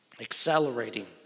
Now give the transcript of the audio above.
accelerating